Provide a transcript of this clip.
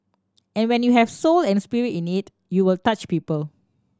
and when you have soul and spirit in it you will touch people